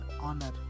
honor